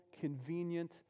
convenient